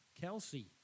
Kelsey